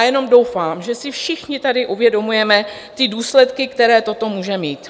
Jenom doufám, že si všichni tady uvědomujeme důsledky, které toto může mít.